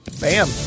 Bam